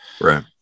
right